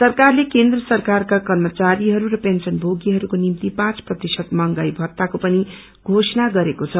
सरकारले केन्व्र सरकारका कर्मचारीहरू र पेन्सन भोगीहरूको निम्ति पाँच प्रतिशत महंगाई भत्ताको पनि घोषणा गरेको छ